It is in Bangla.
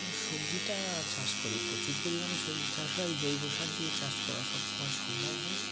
সবজিটা চাষ করি প্রচুর পরিমাণে সবজি চাষ হয় জৈব সার দিয়ে চাষ করা সব সময় সম্ভব হয় না